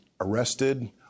arrested